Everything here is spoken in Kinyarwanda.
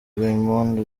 raymond